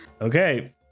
Okay